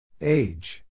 Age